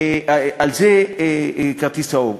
על זה כרטיס צהוב.